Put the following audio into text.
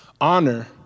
honor